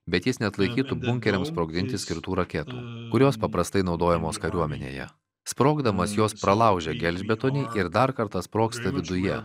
bet jis neatlaikytų bunkeriams sprogdinti skirtų raketų kurios paprastai naudojamos kariuomenėje sprogdamas jos pralaužia gelžbetonį ir dar kartą sprogsta viduje